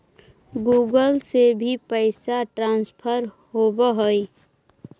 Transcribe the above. Google से भी पैसा ट्रांसफर होवहै?